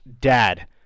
dad